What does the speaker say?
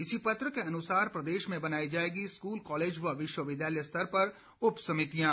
इसी पत्र के अनुसार प्रदेश में बनाई जाएगी स्कूल कॉलेज व विश्वविद्यालय स्तर पर उप समितियां